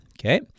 Okay